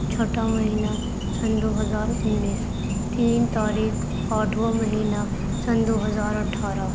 چھٹا مہینہ سن دو ہزار انیس تین تاریخ آٹھواں مہینہ سن دو ہزار اٹھارہ